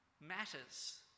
matters